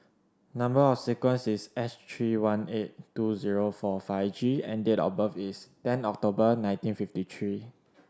number or sequence is S three one eight two zero four five G and date of birth is ten October nineteen fifty three